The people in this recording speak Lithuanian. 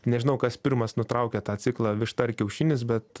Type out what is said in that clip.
nežinau kas pirmas nutraukė tą ciklą višta ar kiaušinis bet